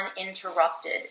uninterrupted